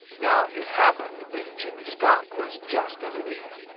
now it happened that jimmy skunk was just underneath.